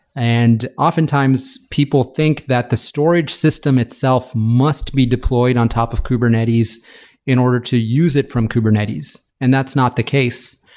and often times, people think that the storage system itself must be deployed on top of kubernetes in order to use it from kubernetes, and that's not the case.